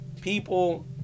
people